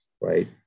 right